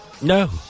No